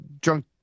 drunk